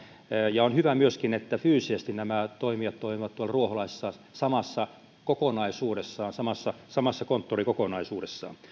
ja on hyvä myöskin että fyysisesti nämä toimijat toimivat ruoholahdessa samassa kokonaisuudessaan samassa samassa konttorikokonaisuudessaan